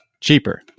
cheaper